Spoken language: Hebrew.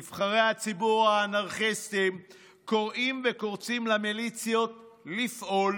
נבחרי הציבור האנרכיסטים קוראים וקורצים למיליציות לפעול: